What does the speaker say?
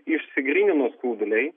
išsigrynino skauduliai